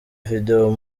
video